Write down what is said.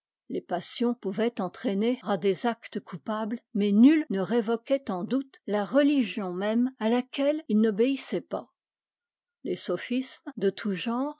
les passions pouvaient entraîner à des actes coupables mais nul ne révoquait en doute la religion même à laquelle il n'obéissait pas les sophismes de tout genre